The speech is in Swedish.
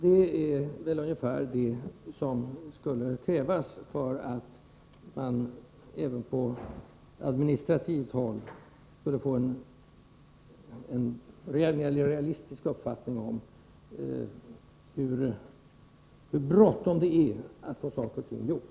Det är väl ungefär vad som skulle krävas för att man även på adminstrativt håll skulle få en mera realistisk uppfattning om hur bråttom det är att få saker och ting gjorda.